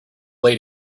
lady